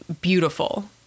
beautiful